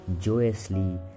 joyously